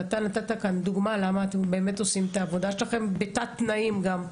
ואתה נתת כאן דוגמה למה אתם באמת עושים את העבודה שלכם בתת תנאים גם.